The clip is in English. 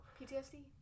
ptsd